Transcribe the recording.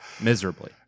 Miserably